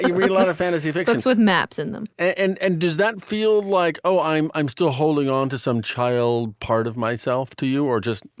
read a lot of fantasy fictions with maps in them. and and does that feel like, oh, i'm i'm still holding on to some child part of myself, to you or just.